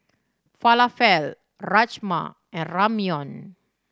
Falafel Rajma and Ramyeon